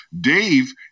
Dave